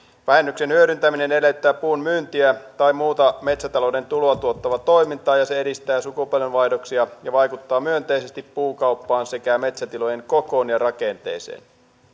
vähennyksen hyödyntäminen edellyttää puun myyntiä tai muuta metsätalouden tuloa tuottavaa toimintaa ja se edistää sukupolvenvaihdoksia ja vaikuttaa myönteisesti puukauppaan sekä metsätilojen kokoon ja rakenteeseen